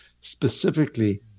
specifically